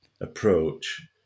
approach